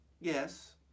Yes